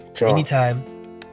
anytime